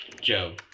Joe